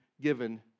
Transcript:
given